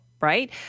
right